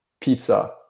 pizza